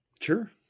Sure